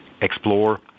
explore